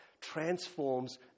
transforms